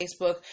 Facebook